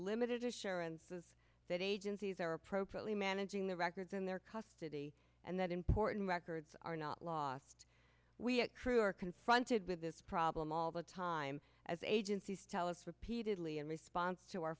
limited assurances that agencies are appropriately managing the records in their custody and that important records are not lost we accrue are confronted with this problem all the time as agencies tell us repeatedly in response to our